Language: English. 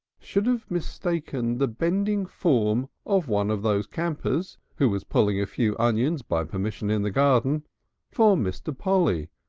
should have mistaken the bending form of one of those campers who was pulling a few onions by permission in the garden for mr. polly's,